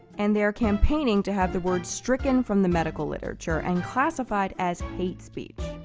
and they're campaigning to have the word stricken from the medical literature and classified as hate speech.